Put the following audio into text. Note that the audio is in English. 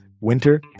winter